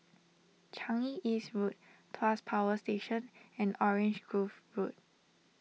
Changi East Road Tuas Power Station and Orange Grove Road